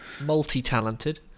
Multi-talented